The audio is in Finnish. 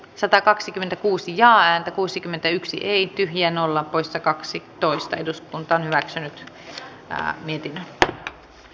satakaksikymmentäkuusi perusopetuksen ryhmäkokoja ei tyhjä nolla poissa kaksitoista eduskunta kasvateta lyhytnäköisillä säästötoimenpiteillä